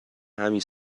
همین